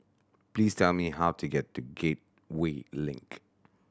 please tell me how to get to Gateway Link